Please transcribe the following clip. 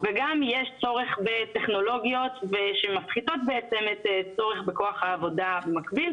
וגם יש צורך בטכנולוגיות שמפחיתות בעצם את הצורך בכוח העבודה במקביל.